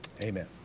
Amen